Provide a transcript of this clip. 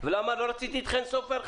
ולמה לא רציתי את חן סופר?